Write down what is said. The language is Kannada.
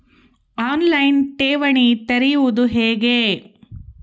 ಆನ್ ಲೈನ್ ಠೇವಣಿ ತೆರೆಯುವುದು ಹೇಗೆ?